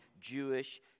Jewish